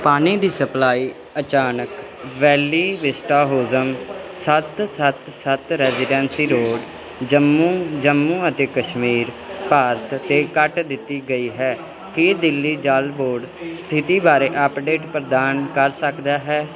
ਪਾਣੀ ਦੀ ਸਪਲਾਈ ਅਚਾਨਕ ਵੈਲੀ ਵਿਸਟਾ ਹੋਜਮ ਸੱਤ ਸੱਤ ਸੱਤ ਰੈਜੀਡੈਂਸੀ ਰੋਡ ਜੰਮੂ ਜੰਮੂ ਅਤੇ ਕਸ਼ਮੀਰ ਭਾਰਤ 'ਤੇ ਕੱਟ ਦਿੱਤੀ ਗਈ ਹੈ ਕੀ ਦਿੱਲੀ ਜਲ ਬੋਰਡ ਸਥਿਤੀ ਬਾਰੇ ਅਪਡੇਟ ਪ੍ਰਦਾਨ ਕਰ ਸਕਦਾ ਹੈ